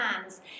hands